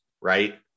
right